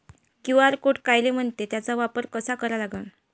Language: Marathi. क्यू.आर कोड कायले म्हनते, त्याचा वापर कसा करा लागन?